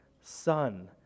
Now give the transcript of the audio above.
son